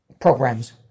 programs